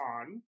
on